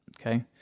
okay